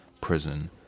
prison